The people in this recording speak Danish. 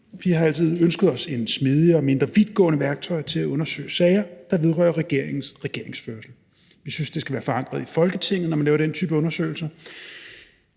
Vi har altid ønsket os et smidigt og mindre vidtgående værktøj til at undersøge sager, der vedrører regeringens regeringsførelse. Vi synes, det skal være forankret i Folketinget, når man laver den type undersøgelser.